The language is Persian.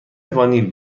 وانیل